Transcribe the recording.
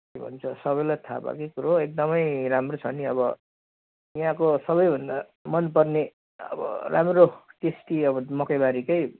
हुन त सबैलाई थाहा भएको कुरो हो एकदमै राम्रो छ नि अब यहाँको सबैभन्दा मनपर्ने अब राम्रो टी टी अब मकैबारीकै